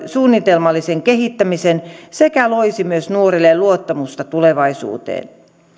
suunnitelmallisen kehittämisen sekä loisi myös nuorille luottamusta tulevaisuuteen